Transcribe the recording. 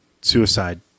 suicide